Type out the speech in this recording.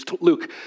Luke